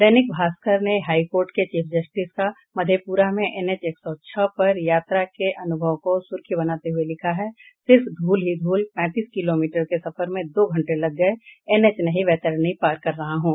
दैनिक भास्कर ने हाईकोर्ट के chief justice का मधेप्रा में एनएच एक सौ छह पर यात्रा के अनुभव को सुर्खी बनाते हुए लिखा है सिर्फ धूल ही धूल पैंतीस किमी के सफर में दो घंटे लग गये एनएच नहीं वैतरणी पार कर रहा हूॅ